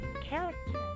character